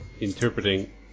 interpreting